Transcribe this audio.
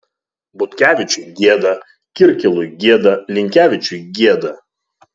butkevičiui gėda kirkilui gėda linkevičiui gėda